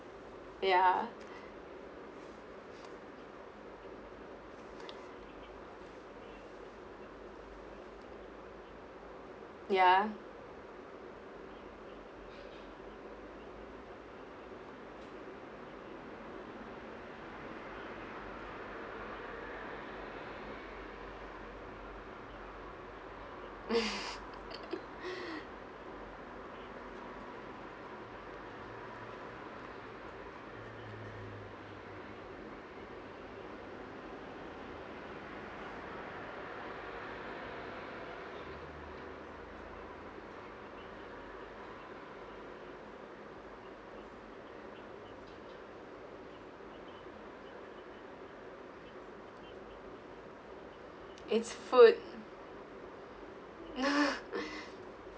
ya ya it's food